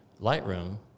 Lightroom